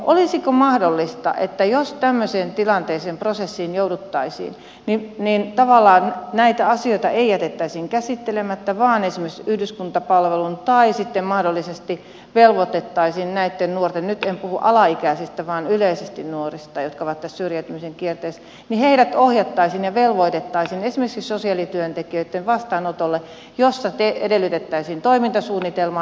olisiko mahdollista että jos tämmöiseen tilanteeseen prosessiin jouduttaisiin niin tavallaan näitä asioita ei jätettäisi käsittelemättä vaan esimerkiksi olisi yhdyskuntapalvelu tai sitten mahdollisesti nyt en puhu alaikäisistä vaan yleisesti nuorista jotka ovat tässä syrjäytymisen kierteessä nuoret ohjattaisiin ja velvoitettaisiin esimerkiksi sosiaalityöntekijöitten vastaanotolle jossa edellytettäisiin toimintasuunnitelmaa